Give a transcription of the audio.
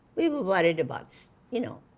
we were worried about, you know,